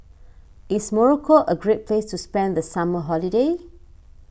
is Morocco a great place to spend the summer holiday